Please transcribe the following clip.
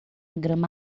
grama